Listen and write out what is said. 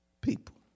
people